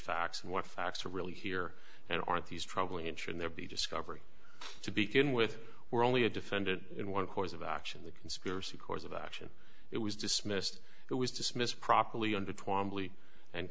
facts and what facts are really here and aren't these troubling inch and there be discovery to begin with we're only a defendant in one course of action the conspiracy course of action it was dismissed it was dismissed properly und